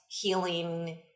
healing